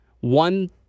one